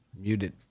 muted